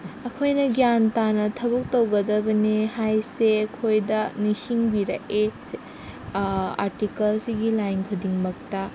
ꯑꯩꯈꯣꯏꯅ ꯒ꯭ꯌꯥꯟ ꯇꯥꯅ ꯊꯕꯛ ꯇꯧꯒꯗꯕꯅꯦ ꯍꯥꯏꯁꯦ ꯑꯩꯈꯣꯏꯗ ꯅꯤꯡꯁꯤꯡꯕꯤꯔꯛꯑꯦ ꯑꯥꯔꯇꯤꯀꯜꯁꯤꯒꯤ ꯂꯥꯏꯟ ꯈꯨꯗꯤꯡꯃꯛꯇ